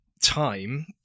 Time